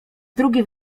drugi